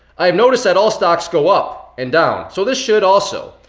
i have noticed that all stocks go up and down. so this should also.